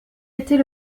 était